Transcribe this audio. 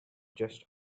just